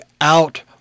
out